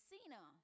Cena